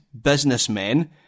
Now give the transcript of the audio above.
businessmen